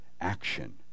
action